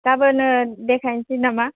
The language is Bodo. गाबोनो देखायनोसै नामा